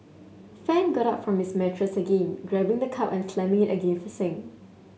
Fan got up from his mattress again grabbing the cup and slamming it against the sink